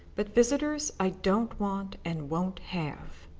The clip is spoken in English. but visitors i don't want and won't have.